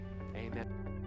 amen